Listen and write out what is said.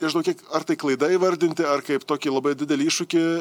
nežinau ar tai klaida įvardinti ar kaip tokį labai didelį iššūkį